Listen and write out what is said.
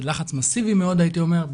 לחץ מאסיבי מאוד הייתי אומר,